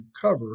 cover